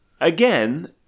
again